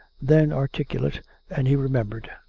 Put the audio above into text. then articulate and he remembered.